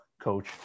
coach